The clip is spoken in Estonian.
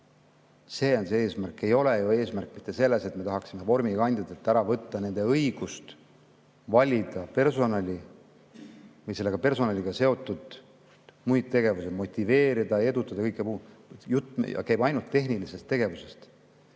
See on see eesmärk. Ei ole ju eesmärk mitte selles, et me tahaksime vormikandjatelt ära võtta nende õiguse valida personali või teha selle personaliga seotud muid tegevusi, motiveerida ja edutada ja kõike muud. Jutt käib ainult tehnilisest tegevusest.